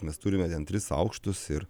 mes turime tris aukštus ir